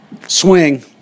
swing